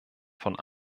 von